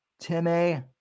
Timmy